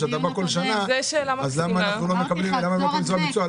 הרי אתה בא בכל שנה, אז למה הם לא זרוע ביצוע?